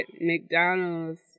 McDonald's